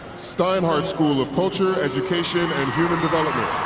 steinhardt school of culture, education, and human development